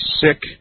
sick